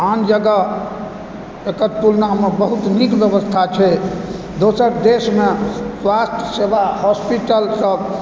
आन जगह एकर तुलनामे बहुत नीक व्यवस्था छै दोसर देशमे स्वास्थ्य सेवा हॉस्पिटल सब